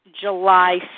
July